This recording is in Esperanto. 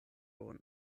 bone